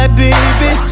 baby